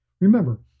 Remember